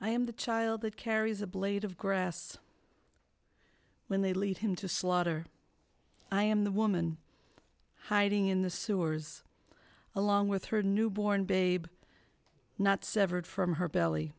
i am the child that carries a blade of grass when they lead him to slaughter i am the woman hiding in the sewers along with her new born babe not severed from her belly